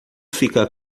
fica